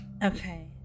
Okay